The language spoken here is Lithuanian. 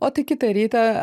o tai kitą rytą